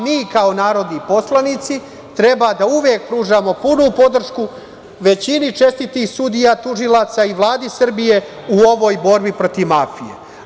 Mi kao narodni poslanici treba uvek da pružamo punu podršku većini čestitih sudija, tužilaca i Vladi Srbije u ovoj borbi protiv mafije.